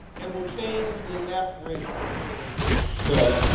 it will change the aspirations of a generation of young so